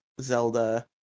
Zelda